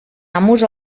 amos